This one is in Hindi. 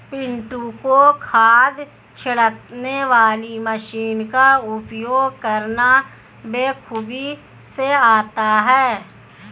पिंटू को खाद छिड़कने वाली मशीन का उपयोग करना बेखूबी से आता है